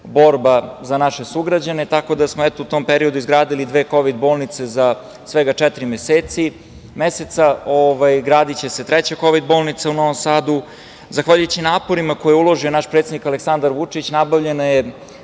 za naše sugrađane, tako da smo u tom periodu izgradili dve kovid bolnice za svega četiri meseca. Gradiće se treća kovid bolnica, u Novom sadu. Zahvaljujući naporima koje je uložio naš predsednik, Aleksandar Vučić, nabavljena je